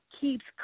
keeps